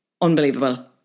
unbelievable